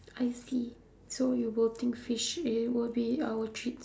I see so you will think fish it would be our treat